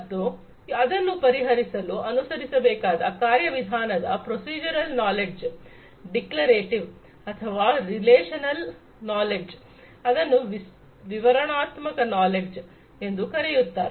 ಮತ್ತು ಅದನ್ನು ಪರಿಹರಿಸಲು ಅನುಸರಿಸಬೇಕಾದ ಕಾರ್ಯವಿಧಾನ ಪ್ರೊಸೀಜರ್ ನಾಲೆಡ್ಜ್ ಡಿಕ್ಲರೇಷನ್ ಅಥವಾ ರಿಲೇಶನ್ ನಾಲೆಡ್ಜ್ ಇದನ್ನು ವಿವರಣಾತ್ಮಕ ನಾಲೆಡ್ಜ್ ಎಂದು ಕರೆಯುತ್ತಾರೆ